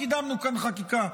קידמנו כאן חקיקה,